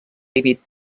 límit